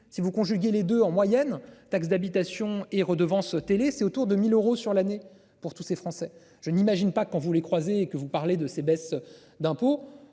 si vous conjuguer les deux, en moyenne, taxe d'habitation et redevance télé c'est autour de 1000 euros sur l'année pour tous ces Français. Je n'imagine pas qu'on vous les croisez que vous parlez de ces baisses d'impôts,